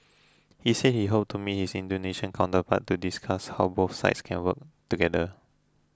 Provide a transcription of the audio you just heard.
he said he hoped to meet his Indonesian counterpart to discuss how both sides can work together